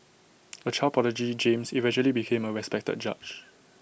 A child prodigy James eventually became A respected judge